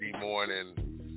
morning